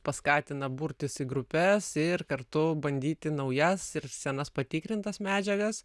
paskatina burtis į grupes ir kartu bandyti naujas ir senas patikrintas medžiagas